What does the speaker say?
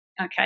okay